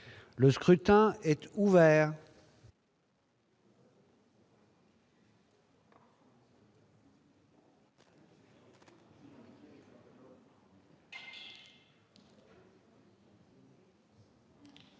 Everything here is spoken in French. Le scrutin est ouvert.